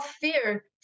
fear